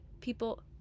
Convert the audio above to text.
people